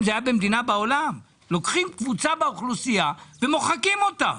לוקחים קבוצה באוכלוסייה ומוחקים אותה.